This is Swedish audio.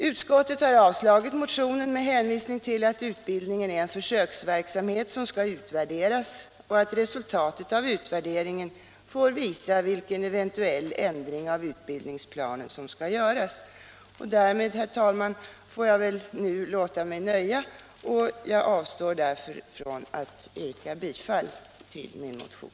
Utskottet har avstyrkt motionen med hänvisning till att utbildningen är en försöksverksamhet som skall utvärderas och att resultatet av ut värderingen får visa vilken eventuell ändring av utbildningsplanen som skall göras. Därmed, herr talman, får jag väl nu låta mig nöja, och jag avstår från att yrka bifall till min motion.